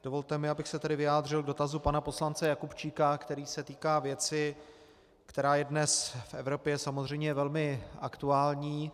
Dovolte mi, abych se tedy vyjádřil k dotazu pana poslance Jakubčíka, který se týká věci, která je dnes v Evropě samozřejmě velmi aktuální.